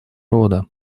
рода